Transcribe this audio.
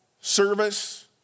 service